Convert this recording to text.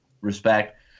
respect